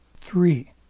Three